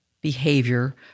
behavior